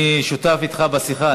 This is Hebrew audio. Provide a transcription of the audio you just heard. אני שותף אתך בשיחה,